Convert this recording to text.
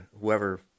Whoever